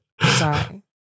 Sorry